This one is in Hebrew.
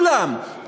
כולם,